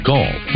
Call